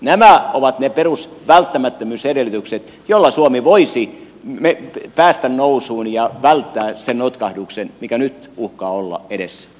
nämä ovat ne perus välttämättömyysedellytykset joilla suomi voisi päästä nousuun ja välttää sen notkahduksen mikä nyt uhkaa olla edessä